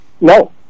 No